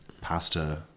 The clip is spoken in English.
pasta